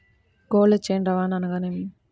Cold chain రవాణా అనగా నేమి?